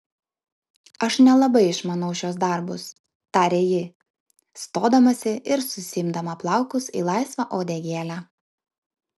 aš nelabai išmanau šiuos darbus tarė ji stodamasi ir susiimdama plaukus į laisvą uodegėlę